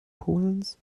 polens